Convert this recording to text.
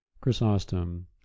Chrysostom